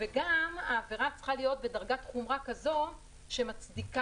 וגם העבירה צריכה להיות בדרגת חומרה כזאת שמצדיקה